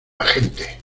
agente